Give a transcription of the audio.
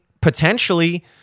potentially